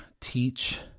teach